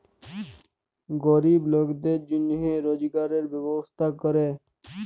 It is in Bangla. গরিব লকদের জনহে রজগারের ব্যবস্থা ক্যরে